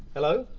hello?